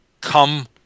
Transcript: come